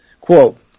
Quote